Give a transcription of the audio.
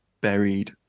buried